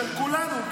של כולנו,